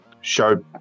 show